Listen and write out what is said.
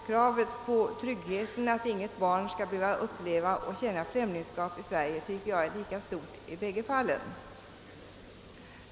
Kravet på trygghet, att inget barn skall uppleva och känna främlingskap i Sverige, är lika stort i båda fallen.